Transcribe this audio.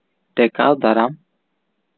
ᱴᱮᱠᱟᱣ ᱫᱟᱨᱟᱢ